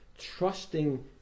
trusting